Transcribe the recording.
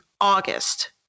August